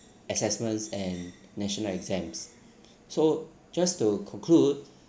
assessments and national exams so just to conclude